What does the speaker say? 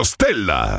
Stella